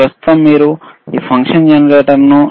ప్రస్తుతం మీరు ఈ ఫంక్షన్ జెనరేటర్ను